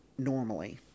normally